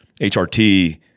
HRT